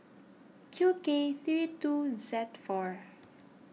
Q K three two Z four